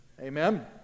Amen